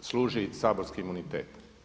služi saborski imunitet.